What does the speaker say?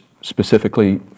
specifically